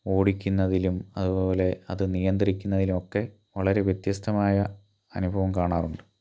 ഓടിക്കുന്നതിലും അതുപോലെ അത് നിയന്ത്രിക്കുന്നതിലും ഒക്കെ വളരെ വ്യത്യസ്തമായ അനുഭവം കാണാറുണ്ട്